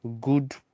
good